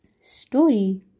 story